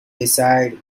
decide